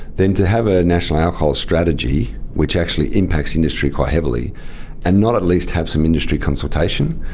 then to have a national alcohol strategy which actually impacts industry quite heavily and not at least have some industry consultation,